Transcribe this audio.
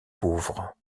pauvre